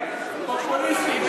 פופוליסטים,